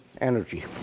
energy